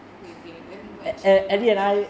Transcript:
okay okay let me go and check it out